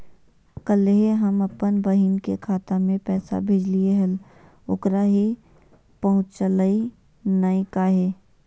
कल्हे हम अपन बहिन के खाता में पैसा भेजलिए हल, ओकरा ही पहुँचलई नई काहे?